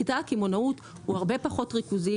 מקטע הקמעונאות הוא הרבה פחות ריכוזי.